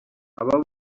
aba